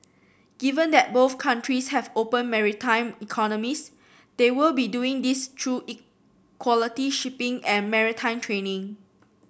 given that both countries have open maritime economies they will be doing this through quality shipping and maritime training